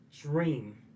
dream